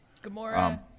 Gamora